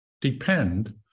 depend